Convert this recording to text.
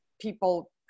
people